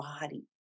body